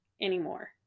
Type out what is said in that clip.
anymore